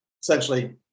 essentially